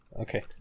Okay